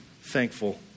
thankful